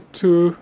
two